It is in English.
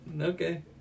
Okay